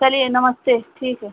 चलिए नमस्ते ठीक है